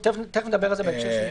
בהמשך נדבר על זה.